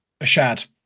Ashad